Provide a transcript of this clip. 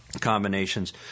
combinations